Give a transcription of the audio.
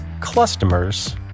customers